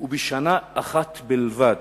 ובשנה אחת בלבד,